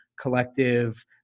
collective